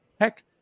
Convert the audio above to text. Heck